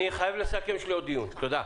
תודה.